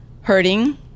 hurting